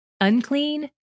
Unclean